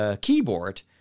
keyboard